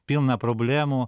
pilna problemų